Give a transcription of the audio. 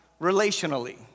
relationally